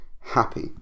happy